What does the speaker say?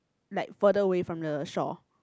like further away from the shore